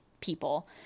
people